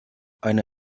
eine